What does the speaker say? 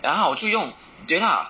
ya 我就用对 ah